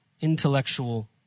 intellectual